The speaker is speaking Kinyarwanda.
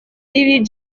ibi